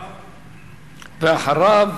אחריו?